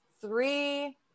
three